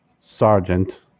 sergeant